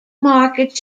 market